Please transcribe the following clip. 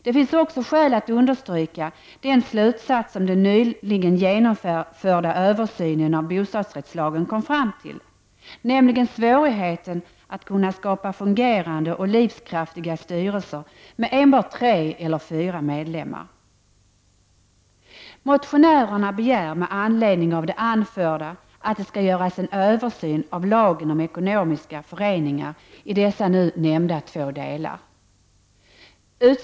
Det finns också skäl att understryka den slutsats som den nyligen genomförda översynen av bostadsrättslagen kom fram till, nämligen svårigheten att kunna skapa fungerande och livskraftiga styrelser med enbart tre eller fyra medlemmar. Motionärerna begär med anledning av det anförda att det skall göras en översyn av lagen om ekonomiska föreningar i dessa nu nämnda två delar.